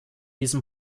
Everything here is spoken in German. diesem